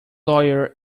lawyer